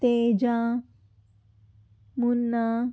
Teja Munna